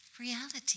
reality